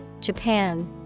Japan